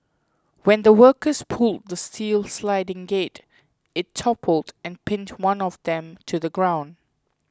when the workers pulled the steel sliding gate it toppled and pinned one of them to the ground